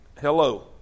Hello